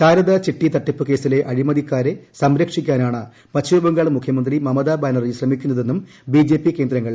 ശാരദാ ചിട്ടി തട്ടിപ്പ് കേസിലെ അഴിമതിക്കാരെ സംരക്ഷിക്കാനാണ് പശ്ചിമബംഗാൾ മുഖ്യമന്ത്രി മമതാ ബാനർജി ശ്രമിക്കുന്നതെന്നും ബിജെപി കേന്ദ്രങ്ങൾ പറഞ്ഞു